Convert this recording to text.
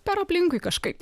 per aplinkui kažkaip